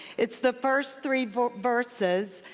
it's the first three verses.